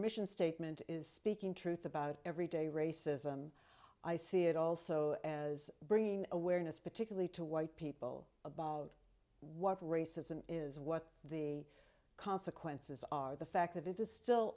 mission statement is speaking truth about every day racism i see it also as bringing awareness particularly to white people about what racism is what the consequences are the fact that it is still